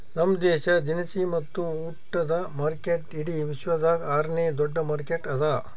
ನಮ್ ದೇಶ ದಿನಸಿ ಮತ್ತ ಉಟ್ಟದ ಮಾರ್ಕೆಟ್ ಇಡಿ ವಿಶ್ವದಾಗ್ ಆರ ನೇ ದೊಡ್ಡ ಮಾರ್ಕೆಟ್ ಅದಾ